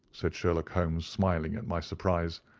said sherlock holmes, smiling at my surprise.